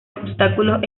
obstáculos